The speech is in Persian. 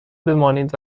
بمانید